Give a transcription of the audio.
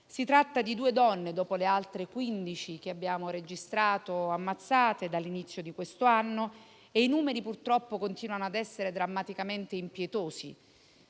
Si tratta di due donne, dopo le altre quindici che abbiamo registrato ammazzate dall'inizio di questo anno, e i numeri purtroppo continuano a essere drammaticamente impietosi.